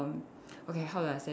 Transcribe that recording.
okay how do I say